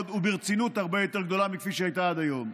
וברצינות הרבה יותר גדולה מכפי שהייתה עד היום.